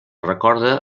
recorda